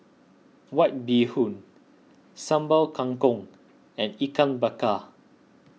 White Bee Hoon Sambal Kangkong and Ikan Bakar